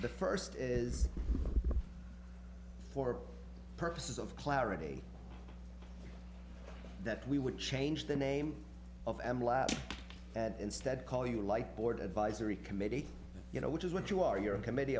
the first is for purposes of clarity that we would change the name of m lab instead call you like board advisory committee you know which is what you are you're a committee